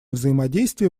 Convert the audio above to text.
взаимодействие